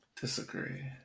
disagree